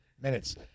minutes